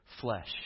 flesh